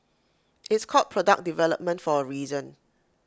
it's called product development for A reason